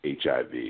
HIV